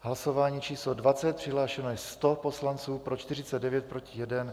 Hlasování číslo 20, přihlášeno je 100 poslanců, pro 49, proti 1.